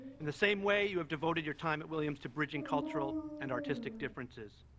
in the same way you have devoted your time at williams to bridging cultural and artistic differences.